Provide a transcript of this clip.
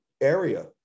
area